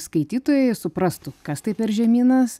skaitytojai suprastų kas tai per žemynas